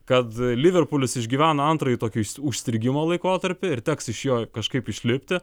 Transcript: kad liverpulis išgyveno antrąjį tokį us užstrigimo laikotarpiu ir teks iš jo kažkaip išlipti